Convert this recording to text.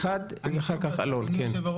אז תלכו לקראת הראייה הבלתי-שבויה.